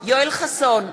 יואל חסון,